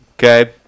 Okay